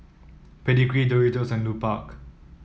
Pedigree Doritos and Lupark